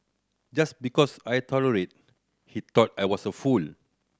just because I tolerated he thought I was a fool